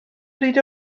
bryd